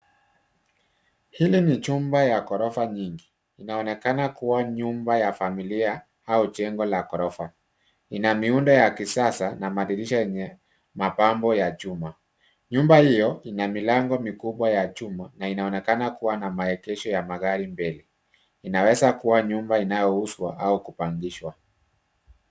Hili ni jumba ya ghorofa nyingi, inaonekana kuwa nyumba ya familia au jengo la ghorofa. Ina miundo ya kisasa na madirisha yenye mapambo ya chuma. Nyumba hiyo ina milango mikubwa ya chuma na inaonekana kuwa na maegesho ya magari mbele. Inaweza kuwa nyumba inayouzwa au kupangishwa.